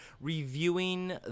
reviewing